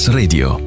radio